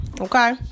Okay